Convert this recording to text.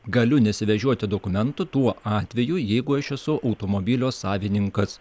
galiu nesivežioti dokumentų tuo atveju jeigu aš esu automobilio savininkas